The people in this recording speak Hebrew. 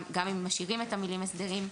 גם אם משאירים את המילים הסדרים.